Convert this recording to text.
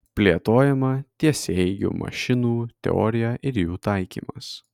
plėtojama tiesiaeigių mašinų teorija ir jų taikymas